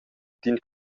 d’in